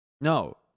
No